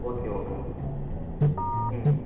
okay ஓகேங்க sir ம்